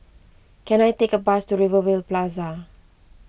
can I take a bus to Rivervale Plaza